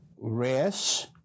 rest